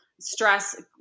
stress